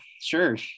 sure